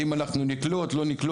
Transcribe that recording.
האם נקלוט או לא,